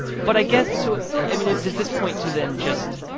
but i guess so i mean, does this point to, then, just